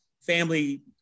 family